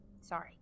Sorry